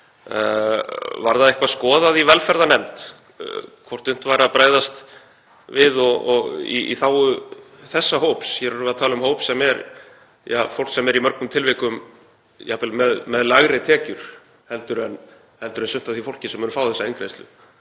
Var það eitthvað skoðað í velferðarnefnd hvort unnt væri að bregðast við í þágu þessa hóps? Hér erum við að tala um hóp sem er fólk sem er í mörgum tilvikum jafnvel með lægri tekjur en sumt af því fólki sem mun fá þessa eingreiðslu.